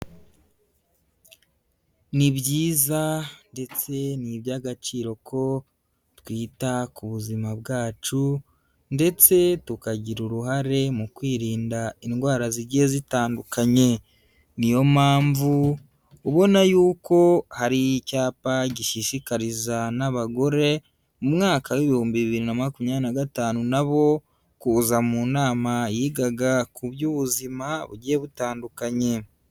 Ni byiza ndetse ni iby'agaciro ko twita ku buzima bwacu, ndetse tukagira uruhare mu kwirinda indwara zigiye zitandukanye. Ni yo mpamvu ubona yuko hari icyapa gishishikariza n'abagore mu mwaka w'ibihumbi bibiri na makumyabiri na gatanu na bo kuza mu nama yigaga ku by'ubuzima bugiye butandukanye.